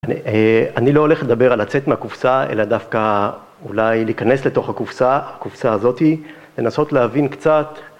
אני לא הולך לדבר על לצאת מהקופסה, אלא דווקא אולי להיכנס לתוך הקופסה, הקופסה הזאתי, לנסות להבין קצת